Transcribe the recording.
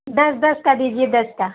दस दस का दीजिए दस